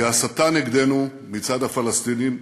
כי ההסתה נגדנו מצד הפלסטינים,